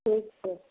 ठीक छै